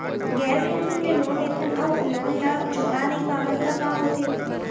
गैर बैंकिंग ले लोन लेथन अऊ लोन ल चुका नहीं पावन त का होथे?